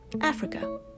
Africa